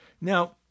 Now